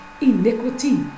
iniquity